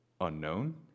unknown